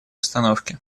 установки